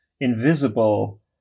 invisible